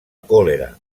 còlera